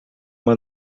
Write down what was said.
uma